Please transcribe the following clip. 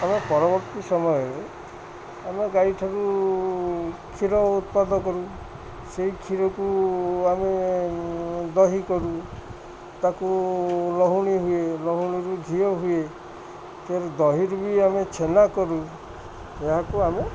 ଆମେ ପରବର୍ତ୍ତୀ ସମୟରେ ଆମେ ଗାଈ ଠାରୁ କ୍ଷୀର ଉତ୍ପାଦ କରୁ ସେଇ କ୍ଷୀରକୁ ଆମେ ଦହି କରୁ ତାକୁ ଲହୁଣୀ ହୁଏ ଲହୁଣୀରୁ ଘିଅ ହୁଏ ଦହିରୁ ବି ଆମେ ଛେନା କରୁ ଏହାକୁ ଆମେ